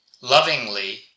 lovingly